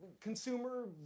consumer